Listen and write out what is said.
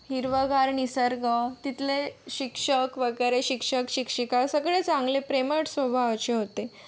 हिरवागार निसर्ग तिथले शिक्षक वगैरे शिक्षक शिक्षिका सगळे चांगले प्रेमळ स्वभावाचे होते